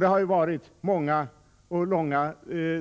Det har varit många och långa